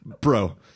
bro